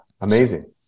amazing